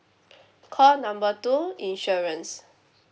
call number two insurance